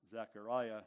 Zechariah